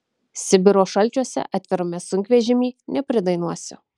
sibiro šalčiuose atvirame sunkvežimy nepridainuosi